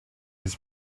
his